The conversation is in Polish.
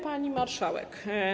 Pani Marszałek!